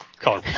Call